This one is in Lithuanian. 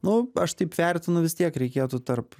nu aš taip vertinu vis tiek reikėtų tarp